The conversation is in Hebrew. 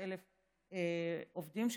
151,000 עובדים,